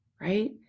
right